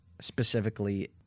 specifically